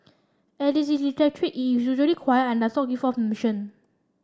as it is electric it is unusually quiet and does not give off emission